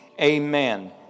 Amen